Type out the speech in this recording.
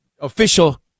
official